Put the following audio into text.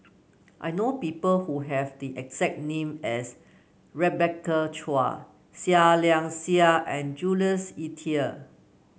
I know people who have the exact name as Rebecca Chua Seah Liang Seah and Jules Itier